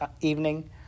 evening